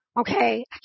Okay